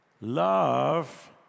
Love